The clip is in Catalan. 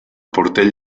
portell